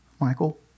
Michael